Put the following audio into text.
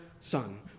Son